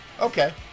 Okay